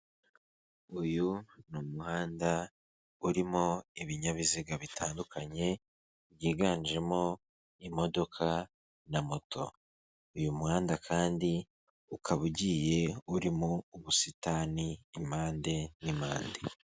Uyu ni umuhanda urimo ibinyabiziga bitandukanye, byiganjemo imodoka na moto. Uyu muhanda kandi ukaba ugiye urimo ubusitani impande n'impande.